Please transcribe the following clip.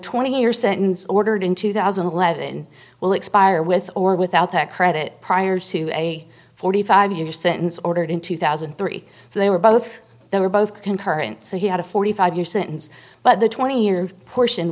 twenty year sentence ordered in two thousand and eleven will expire with or without that credit prior to a forty five year sentence ordered in two thousand and three so they were both they were both concurrent so he had a forty five year sentence but the twenty year portion